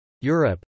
Europe